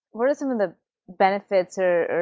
what are some of the benefits or